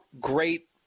great